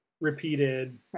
repeated